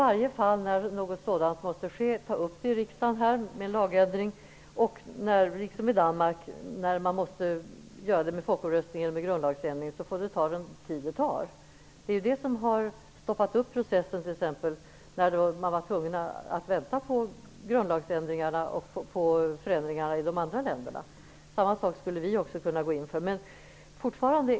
När en lagändring måste ske borde vi i varje fall ta upp denna i riksdagen och sedan får det ta den tid som det tar, precis som i Danmark när det gäller folkomröstning om grundlagsändring. Det är ju det som har stoppat upp processen. Man har varit tvungen att invänta grundlagsändringarna och förändringarna i de övriga länderna. Vi skulle också kunna gå in för samma sak.